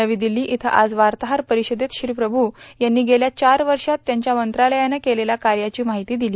नवी दिल्ली इथं आज वार्ताहर परिषदेत श्री प्रभू यांनी गेल्या चार वर्षात त्यांच्या मंत्रालयानं केलेल्या कार्याची माहिती दिली